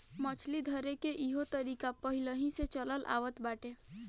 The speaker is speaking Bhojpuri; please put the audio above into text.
मछली धरेके के इहो तरीका पहिलेही से चलल आवत बाटे